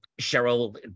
Cheryl